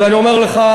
ואני אומר לך,